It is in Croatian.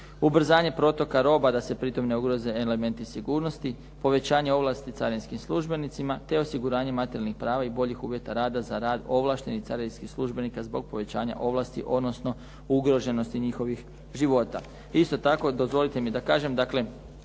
ubrzanje protoka roba da se pritom ne ugroze elementi sigurnosti, povećanje ovlasti carinskim službenicima te osiguranje materijalnih prava i boljih uvjeta rada za rad ovlaštenih carinskih službenika zbog povećanja ovlasti, odnosno ugroženosti njihovih života. Isto tako, dozvolite mi da kažem